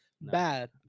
bad